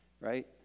right